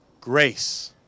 Grace